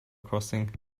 crossing